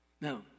now